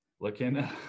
Looking